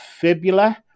fibula